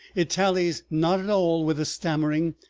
it tallies not at all with the stammering,